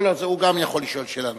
לא, לא, הוא גם יכול לשאול שאלה.